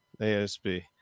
ASB